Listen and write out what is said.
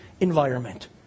environment